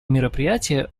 мероприятия